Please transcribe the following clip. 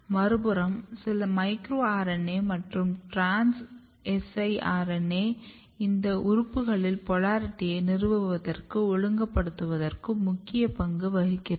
மறுபுறம் சில micro RNA மற்றும் டிரான்ஸ் si RNA இந்த உறுப்புகளில் போலாரிட்டியை நிறுவுவதற்கும் ஒழுங்குபடுத்துவதற்கும் முக்கிய பங்கு வகிக்கின்றன